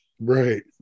Right